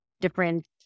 different